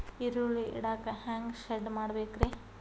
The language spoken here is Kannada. ಈರುಳ್ಳಿ ಇಡಾಕ ಹ್ಯಾಂಗ ಶೆಡ್ ಮಾಡಬೇಕ್ರೇ?